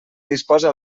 disposa